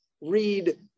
Read